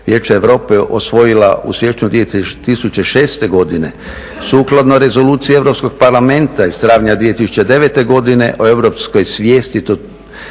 Vijeća Europe osvojila u siječnju 2006. godine, sukladno rezoluciji Europskog parlamenta iz travnja 2009. godine o europskoj svijesti,